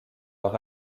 leur